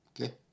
Okay